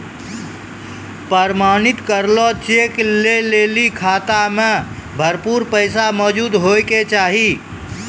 प्रमाणित करलो चेक लै लेली खाता मे भरपूर पैसा मौजूद होय के चाहि